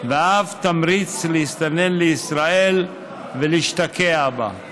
ואף תמריץ להסתנן לישראל ולהשתקע בה.